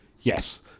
yes